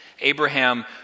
Abraham